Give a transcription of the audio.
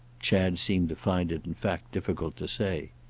chad seemed to find it in fact difficult to say.